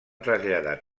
traslladar